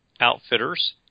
Outfitters